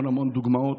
המון דוגמאות.